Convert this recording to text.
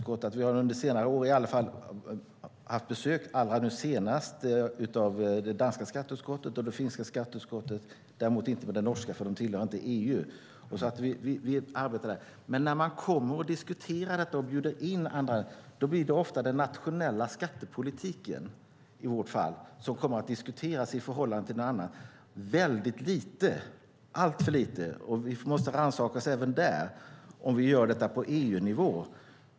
Vi har i skatteutskottet under senare år i alla fall haft besök av det danska skatteutskottet och det finska skatteutskottet, däremot inte av det norska, för Norge tillhör inte EU. Men när man bjuder in andra blir det ofta den nationella skattepolitiken, i skatteutskottets fall, som kommer att diskuteras i förhållande till någon annan och alltför lite - vi måste rannsaka oss även där - på EU-nivå.